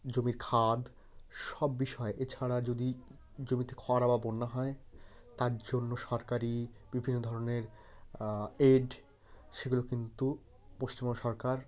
জমির খাদ সব বিষয়ে এছাড়া যদি জমিতে খরা বা বন্যা হয় তার জন্য সরকারি বিভিন্ন ধরনের এইড সেগুলো কিন্তু পশ্চিমবঙ্গ সরকার